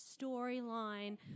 storyline